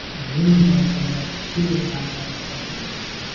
they maybe noticing it, who do they contact, that's sort of thing.